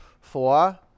Four